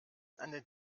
eine